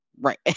Right